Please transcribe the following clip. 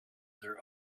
their